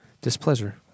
displeasure